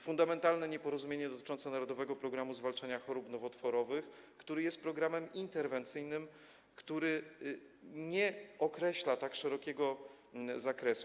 Fundamentalne nieporozumienie dotyczące „Narodowego programu zwalczania chorób nowotworowych”, który jest programem interwencyjnym, który nie określa tak szerokiego zakresu.